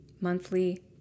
monthly